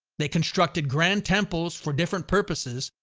they constructed grand temples for different purposes,